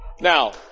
Now